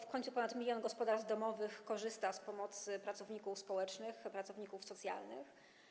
W końcu ponad 1 mln gospodarstw domowych korzysta z pomocy pracowników społecznych, pracowników socjalnych.